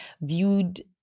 viewed